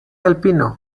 alpino